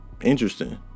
interesting